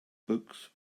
books